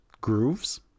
grooves